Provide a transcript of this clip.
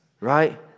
right